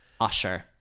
Usher